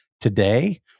today